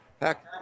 Heck